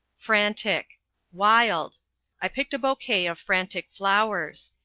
frantic wild i picked a bouquet of frantic flowers.